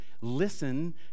listen